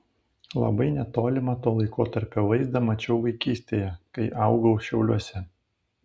labai netolimą to laikotarpio vaizdą mačiau vaikystėje kai augau šiauliuose